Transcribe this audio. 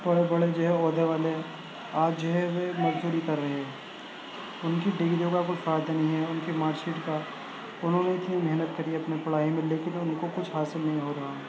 بڑے بڑے جو ہے عہدے والے آج جو ہے وہ مزدوری کر رہے ہیں ان کی ڈگریوں کا کوئی فائدہ نہیں ہے ان کے مارکشیٹ کا انہوں نے اتنی محنت کری اپنی پڑھائی میں لیکن ان کو کچھ حاصل نہیں ہو رہا